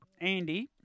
Andy